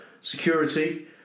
security